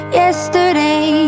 yesterday